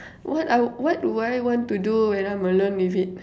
what I what will I want to do when I'm alone with it hmm